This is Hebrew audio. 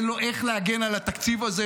אין לו איך להגן על התקציב הזה.